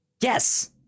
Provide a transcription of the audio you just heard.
yes